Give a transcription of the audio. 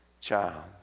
child